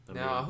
Now